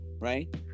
Right